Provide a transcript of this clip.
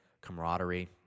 camaraderie